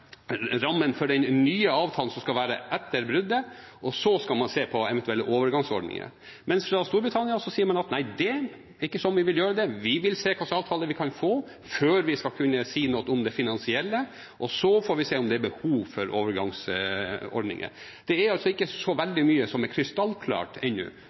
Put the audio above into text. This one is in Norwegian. nye avtalen som skal gjelde etter bruddet, og så skal man se på eventuelle overgangsordninger. Storbritannia sier at nei, det er ikke sånn vi vil gjøre det. Vi vil se hva slags avtale vi kan få før vi kan si noe om det finansielle, og så får vi se om det er behov for overgangsordninger. Det er altså ikke så veldig mye som er krystallklart ennå.